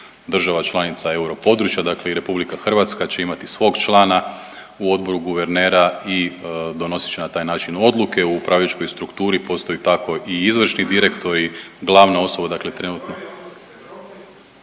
država članica europodručja, dakle i RH će imati svog člana u Odboru guvernera i donosit će na taj način odluke u upravljačkoj strukturi. Postoji tako i izvršni direktor, glavna osoba dakle trenutno